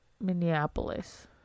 Minneapolis